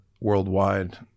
worldwide